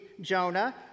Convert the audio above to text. Jonah